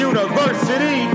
University